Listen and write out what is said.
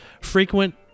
frequent